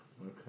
Okay